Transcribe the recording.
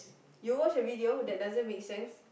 you watch a video that doesn't makes sense